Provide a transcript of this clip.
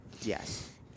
Yes